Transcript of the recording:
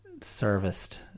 serviced